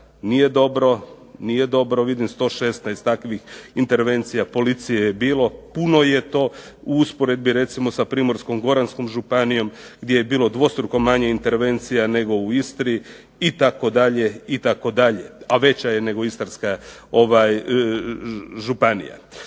nije dobro, vidim 116 takvih intervencija policije je bilo, puno je to u usporedbi recimo sa Primorsko-goranskom županijom gdje je bilo dvostruko manje intervencija nego u Istri itd., itd., a veća je nego Istarska županija.